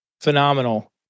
Phenomenal